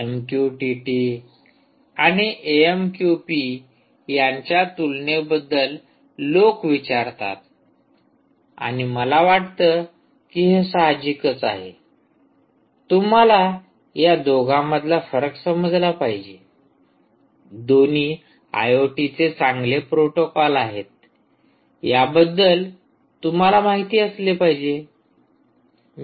MQTT आणि AMQP यांच्या तुलनेबद्दल लोक विचारतात आणि मला वाटतं की हे साहजिकच आहे तुम्हाला या दोघांमधला फरक समजला पाहिजे दोन्ही आयओटीचे चांगले प्रोटोकॉल आहेत याबद्दल तुम्हाला माहिती असले पाहिजे